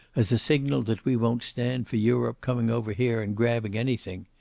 as a signal that we won't stand for europe coming over here and grabbing anything.